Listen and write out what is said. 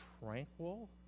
tranquil